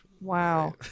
wow